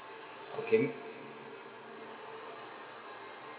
okay